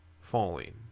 falling